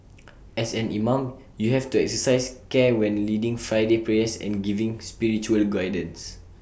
as an imam you have to exercise care when leading Friday prayers and giving spiritual guidance